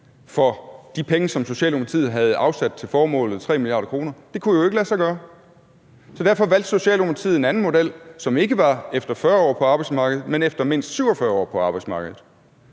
for de penge, som Socialdemokratiet havde afsat til formålet – 3 mia. kr. – kunne jo ikke lade sig gøre. Så derfor valgte Socialdemokratiet en anden model, som ikke var efter 40 år på arbejdsmarkedet, men efter mindst 47 år på arbejdsmarkedet.